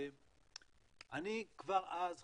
אני כבר אז חשבתי,